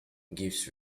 give